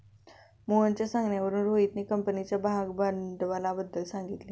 मोहनच्या सांगण्यावरून रोहितने कंपनीच्या भागभांडवलाबद्दल सांगितले